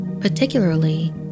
particularly